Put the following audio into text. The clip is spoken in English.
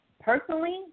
personally